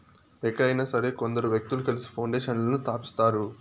ఎక్కడైనా సరే కొందరు వ్యక్తులు కలిసి పౌండేషన్లను స్థాపిస్తారు